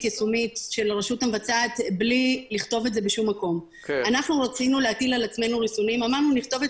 אז לפחות הניסוח שאתם מציעים צריך לכלול בתוכו לא רק את